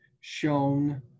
shown